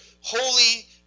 holy